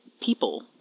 people